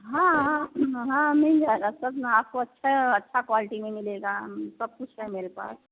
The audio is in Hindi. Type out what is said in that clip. हाँ हाँ हाँ मिल जाएगा सब ना आपको अच्छा अच्छा क्वॉलिटी में मिलेगा सब कुछ है मेरे पास